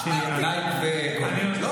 לייק וcomment-.